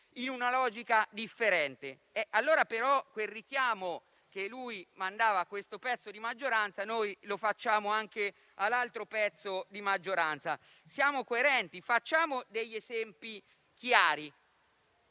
in una logica differente. Quel richiamo che egli mandava a questo pezzo di maggioranza lo estendiamo anche all'altro pezzo di maggioranza: siamo coerenti e facciamo esempi chiari.